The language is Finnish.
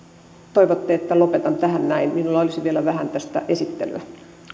toivotte että lopetan tähän näin minulla olisi vielä vähän tästä esittelyä